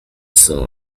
soon